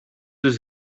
does